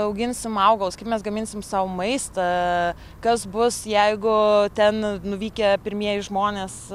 auginsim augalus kaip mes gaminsim sau maistą kas bus jeigu ten nuvykę pirmieji žmonės